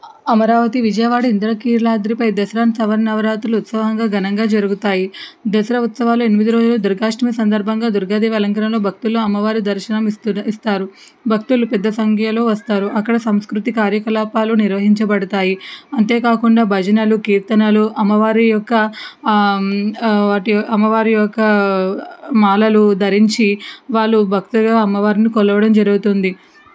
అమరావతి విజయవాడ ఇంద్రకీలాద్రిపై దసరా శరన్నవరాత్రులు ఉత్సాహంగా ఘనంగా జరుగుతాయి దసరా ఉత్సవాలు ఎనిమిది రోజులు దుర్గాష్టమి సందర్భంగా దుర్గాదేవి అలంకరణలో భక్తులు అమ్మవారి దర్శనం ఇస్తారు భక్తులు పెద్ద సంఖ్యలో వస్తారు అక్కడ సంస్కృతి కార్యకలాపాలు నిర్వహించబడతాయి అంతేకాకుండా భజనలు కీర్తనలు అమ్మవారి యొక్క వాటి అమ్మవారి యొక్క మాలలు ధరించి వాళ్ళు భక్తులు అమ్మవారిని కొలవడం జరుగుతుంది